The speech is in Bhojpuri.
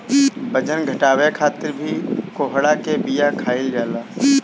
बजन घटावे खातिर भी कोहड़ा के बिया खाईल जाला